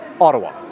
Ottawa